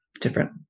different